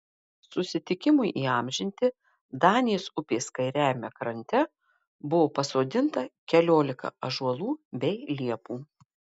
susitikimui įamžinti danės upės kairiajame krante buvo pasodinta keliolika ąžuolų bei liepų